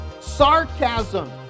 sarcasm